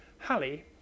Hallie